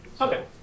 Okay